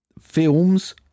films